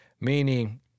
Meaning